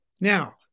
Now